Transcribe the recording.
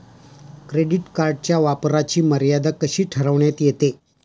Credit कार्डच्या वापराची मर्यादा कशी ठरविण्यात येते?